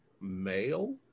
male